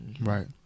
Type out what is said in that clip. Right